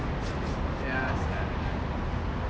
ya sia